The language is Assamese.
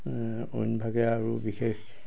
অইনভাগে আৰু বিশেষ